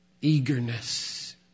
eagerness